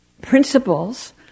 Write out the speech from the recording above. Principles